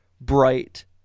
bright